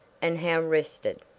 and how rested.